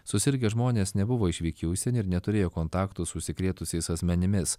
susirgę žmonės nebuvo išvykę į užsienį ir neturėjo kontaktų su užsikrėtusiais asmenimis